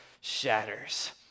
shatters